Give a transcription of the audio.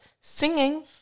singing